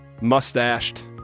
mustached